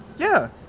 yeah,